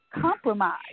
Compromise